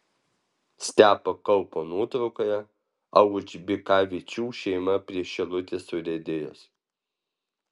stepo kaupo nuotraukoje aužbikavičių šeima prie šilutės urėdijos